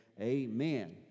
amen